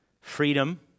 freedom